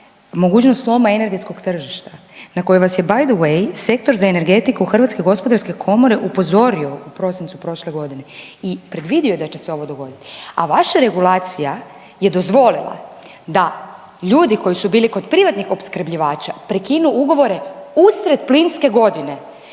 mogućnost sloma energetskog tržišta na koje vas je by the way Sektor za energetiku Hrvatske gospodarske komore upozorio u prosincu prošle godine i predvidio je da će se ovo dogoditi. A vaša regulacija je dozvolila da ljudi koji su bili kod privatnih opskrbljivača prekinu ugovore usred plinske godine